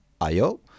io